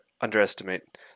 underestimate